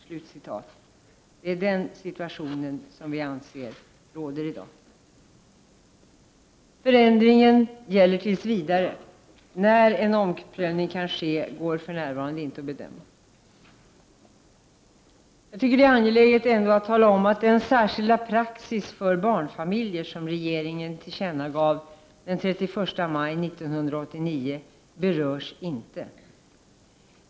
Det är den situationen som vi anser att vi i dag befinner oss i. Förändringen gäller tills vidare. När en omprövning kan ske går för närvarande inte att bedöma. Jag tycker att det är angeläget att tala om att den särskilda praxis för barnfamiljer som regeringen tillkännagav den 31 maj 1989 inte berörs.